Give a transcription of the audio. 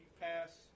pass